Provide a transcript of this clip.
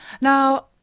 Now